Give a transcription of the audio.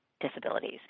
disabilities